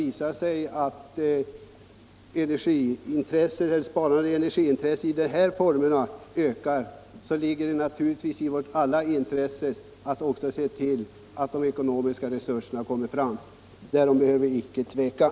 Visar det sig att intresset av att spara energi i dessa former ökar, ligger det naturligtvis i allas vårt intresse att också se till att de ekonomiska resurserna härför kommer fram. Därom behöver det inte råda någon tvekan.